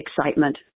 excitement